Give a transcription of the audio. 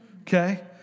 Okay